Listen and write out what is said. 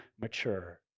mature